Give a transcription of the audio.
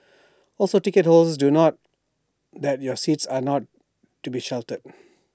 also ticket holders do note that your seats are not to be sheltered